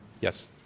Yes